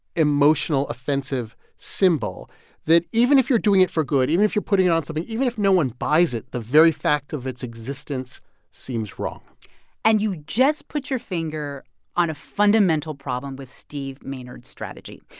emotional, offensive symbol that, even if you're doing it for good, even if you're putting it on something, even if no one buys it, the very fact of its existence seems wrong and you just put your finger on a fundamental problem with steve maynard's strategy.